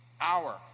hour